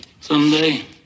Someday